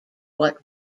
what